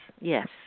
yes